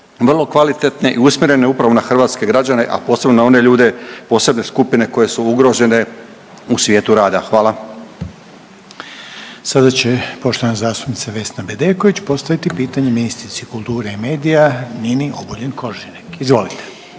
vrlo kvalitetne i usmjerene upravo na hrvatske građane, a posebno na one ljude, posebne skupine koje su ugrožene u svijetu rada. Hvala. **Reiner, Željko (HDZ)** Sada će poštovana zastupnica Vesna Bedeković postaviti pitanje ministrici kulture i medija Nini Obuljen Koržinek. Izvolite.